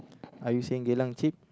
are you saying Geylang cheap